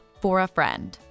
FORAFRIEND